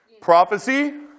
Prophecy